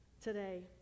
today